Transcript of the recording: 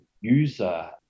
user